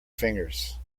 fingers